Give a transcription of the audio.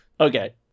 Okay